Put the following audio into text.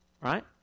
right